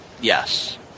Yes